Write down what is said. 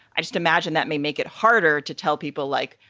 i just imagine that may make it harder to tell people like.